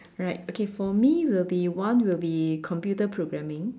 right okay for me will be one will be computer programming